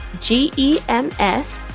G-E-M-S